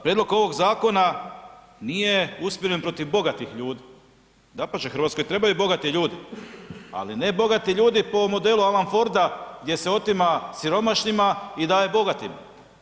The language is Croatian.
Prijedlog ovog zakona nije usmjeren protiv bogatih ljudi, dapače, Hrvatskoj trebaju bogati ljudi, ali ne bogati ljudi po modelu Alan Forda gdje se otima siromašnima i daje bogatima.